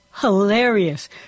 hilarious